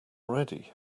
already